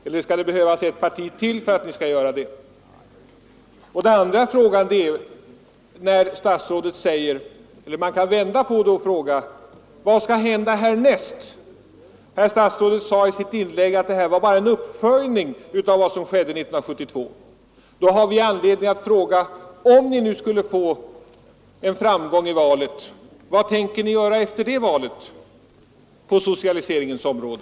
Eller skall det behövas ett parti till för att ni skall göra det? Man kan vända på det och fråga: Vad skall hända härnäst? Herr statsrådet sade i ett inlägg att det här bara var en uppföljning av vad som skedde 1972. Då har vi anledning att fråga: Om ni nu skulle få framgång i valet, vad tänker ni göra efter det valet på socialiseringens område?